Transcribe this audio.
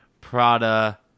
Prada